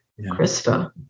Krista